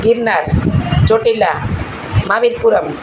Girnar Chotila માવીરપુરમ